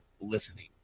listening